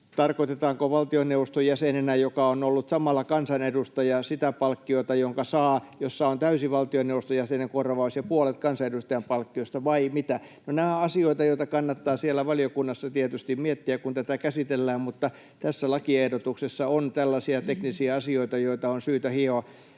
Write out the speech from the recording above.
Tarkoitetaanko valtioneuvoston jäsenenä, joka on ollut samalla kansanedustaja, sitä palkkiota, jonka saa eli jossa on täysi valtioneuvoston jäsenen korvaus ja puolet kansanedustajan palkkiosta, vai mitä? Nämä ovat asioita, joita kannattaa siellä valiokunnassa tietysti miettiä, kun tätä käsitellään, mutta tässä lakiehdotuksessa on tällaisia teknisiä asioita, joita on syytä hioa.